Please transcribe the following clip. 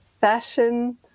fashion